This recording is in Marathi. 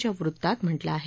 च्या वृत्तात म्हटलं आहे